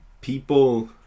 people